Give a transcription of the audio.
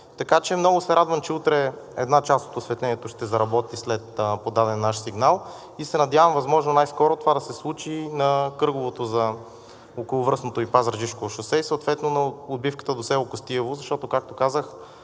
Така че много се радвам, че утре една част от осветлението ще заработи след подаден наш сигнал, и се надявам възможно най-скоро това да се случи на кръговото за околовръстното и Пазарджишко шосе и съответно на отбивката до село Костиево. Защото, както казах,